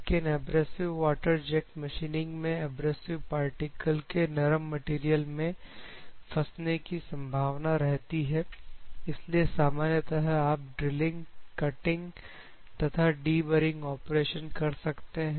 लेकिन abrasive water jet machining मैं abrasive particle के नरम मटेरियल में फंसने की संभावना रहती है इसलिए सामान्यतः आप ड्रिलिंग कटिंग तथा डीबरिंग ऑपरेशन कर सकते हैं